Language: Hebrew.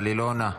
אבל היא לא עונה,